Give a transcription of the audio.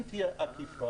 אם תהיה אכיפה,